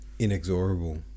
inexorable